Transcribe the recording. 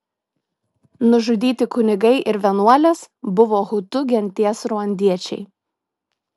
nužudyti kunigai ir vienuolės buvo hutu genties ruandiečiai